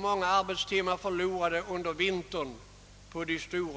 många arbetstimmar förlorade i de stora företag som ligger i bygder utan skog.